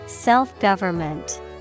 self-government